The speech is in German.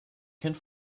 kind